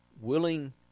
willing